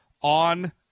on